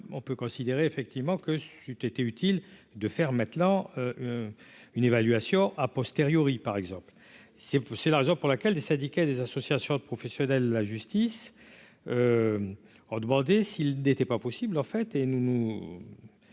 on peut considérer effectivement que c'eût été utile de faire maintenant une évaluation a posteriori par exemple, c'est, c'est la raison pour laquelle des syndicats et des associations de professionnels de la justice ont demandé s'il n'était pas possible, en fait, et nous ne